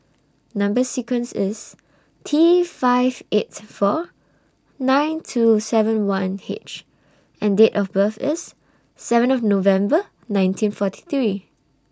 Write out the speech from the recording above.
Number sequence IS T five eight four nine two seven one H and Date of birth IS seventh November nineteen forty three